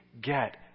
get